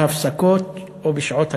בהפסקות או בשעות הקבלה".